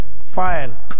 file